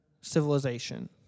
civilization